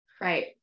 Right